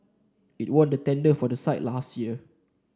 it won the tender for that site last year